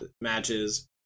matches